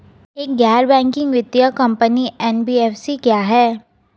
एक गैर बैंकिंग वित्तीय कंपनी एन.बी.एफ.सी क्या है?